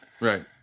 Right